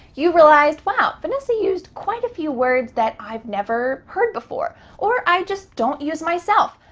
you realized, wow, vanessa used quite a few words that i've never heard before or i just don't use myself.